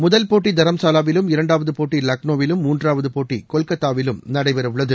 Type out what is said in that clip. முதல் போட்டி தரம்சாவாவிலும் இரண்டாவது போட்டி லக்னோவிலும் மூன்றாவது போட்டி கொல்கத்தாவிலும் நடைபெறவுள்ளது